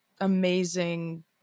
amazing